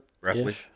roughly